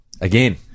Again